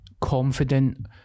confident